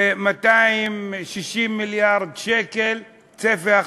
זה 260 מיליארד שקל, צפי ההכנסות.